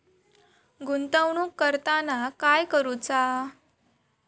गुंतवणूक करताना काय करुचा?